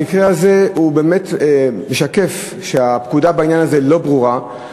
המקרה הזה באמת משקף את זה שהפקודה בעניין הזה לא ברורה.